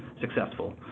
successful